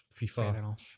FIFA